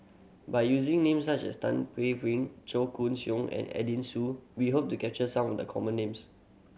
by using name such as Tan Paey Chong Koon Siong and Edwin Siew we hope to capture some of the common names